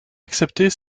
accepter